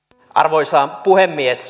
arvoisa puhemies